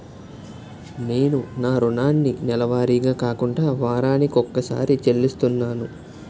నేను నా రుణాన్ని నెలవారీగా కాకుండా వారాని కొక్కసారి చెల్లిస్తున్నాను